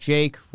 Jake